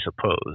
suppose